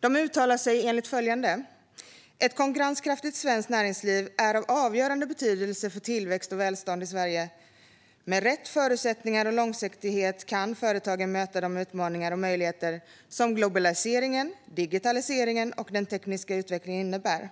De uttalar sig så här: Ett konkurrenskraftigt svenskt näringsliv är av avgörande betydelse för tillväxt och välstånd i Sverige. Med rätt förutsättningar och långsiktighet kan företagen möta de utmaningar och möjligheter som globaliseringen, digitaliseringen och den tekniska utvecklingen innebär.